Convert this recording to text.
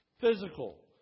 physical